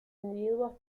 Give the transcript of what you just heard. individuos